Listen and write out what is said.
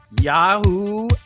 Yahoo